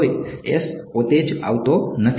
હવે પોતે જ આવતો નથી